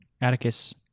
Atticus